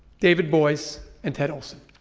david boies and ted olson.